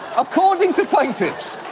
according to plaintiffs,